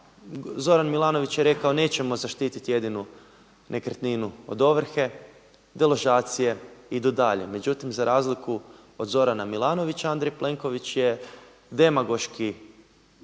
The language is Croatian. Zoran Milanović je rekao nećemo zaštititi jedinu nekretninu od ovrhe, deložacije idu dalje. Međutim za razliku od Zorana Milanovića Andrej Plenković je demagoški